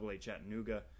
Chattanooga